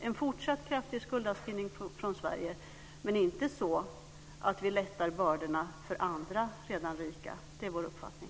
En fortsatt kraftig skuldavskrivning från Sveriges sida lättar inte bördorna från andra redan rika länder. Det är vår uppfattning.